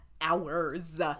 hours